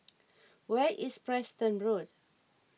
where is Preston Road